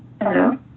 Hello